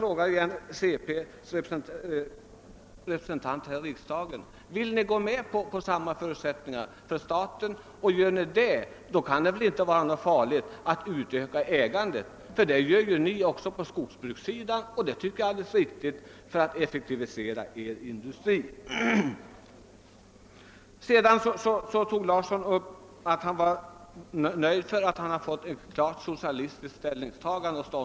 Vill centerpartiets representanter gå med på samma förutsättningar för staten som för andra? Gör ni det, kan det väl inte vara farligt att utöka statens ägande? Detsamma gör ju ni på skogsbrukssidan — och det är alldeles riktigt — för att effektivisera er industri. Herr Larsson i Umeå sade att han var nöjd med att ha fått bevittna ett klart socialistiskt ställningstagande.